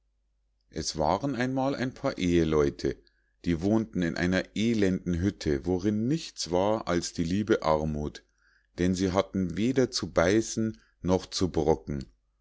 es waren einmal ein paar eheleute die wohnten in einer elenden hütte worin nichts war als die liebe armuth denn sie hatten weder zu beißen noch zu brocken